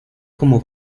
como